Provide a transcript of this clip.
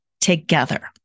together